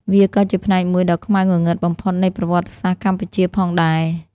វាក៏ជាផ្នែកមួយដ៏ខ្មៅងងឹតបំផុតនៃប្រវត្តិសាស្ត្រកម្ពុជាផងដែរ។